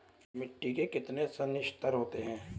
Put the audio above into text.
मिट्टी के कितने संस्तर होते हैं?